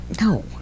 No